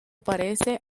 parece